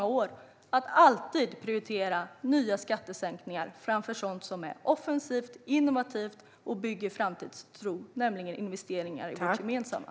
De prioriterar alltid nya skattesänkningar framför sådant som är offensivt och innovativt och som bygger framtidstro, nämligen investeringar i vårt gemensamma.